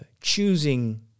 choosing